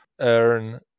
earn